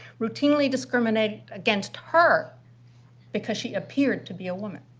routinely discriminated against her because she appeared to be a woman.